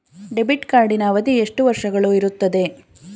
Debit ಕಾರ್ಡಿನ ಅವಧಿ ಎಷ್ಟು ವರ್ಷಗಳು ಇರುತ್ತದೆ?